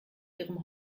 ihrem